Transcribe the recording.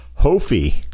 Hofi